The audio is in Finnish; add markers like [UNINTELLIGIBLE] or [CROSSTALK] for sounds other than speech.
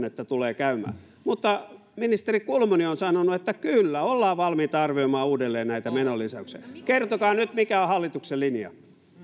[UNINTELLIGIBLE] että näin tulee käymään mutta ministeri kulmuni on sanonut että kyllä ollaan valmiita arvioimaan uudelleen näitä menolisäyksiä kertokaa nyt mikä on hallituksen linja